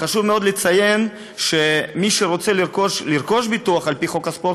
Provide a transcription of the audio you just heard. חשוב מאוד לציין שמי שרוצה לרכוש ביטוח על-פי חוק הספורט,